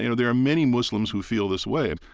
you know there are many muslims who feel this way. and